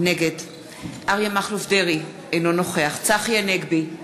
נגד אריה מכלוף דרעי, אינו נוכח צחי הנגבי,